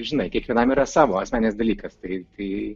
žinai kiekvienam yra savo asmeninis dalykas tai tai